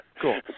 Cool